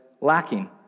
lacking